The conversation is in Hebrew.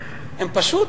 זה פשוט,